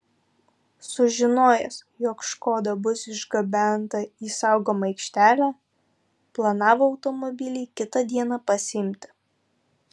sužinojęs jog škoda bus išgabenta į saugomą aikštelę planavo automobilį kitą dieną pasiimti